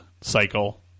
cycle